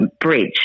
bridge